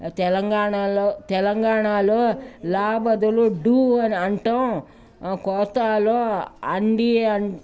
తెలంగాణలో తెలంగాణలో ల బదులు డు అని అనటం కోస్తాలో అండి అన్